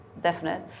definite